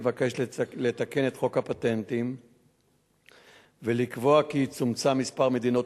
מבקשת לתקן את חוק הפטנטים ולקבוע כי יצומצם מספר מדינות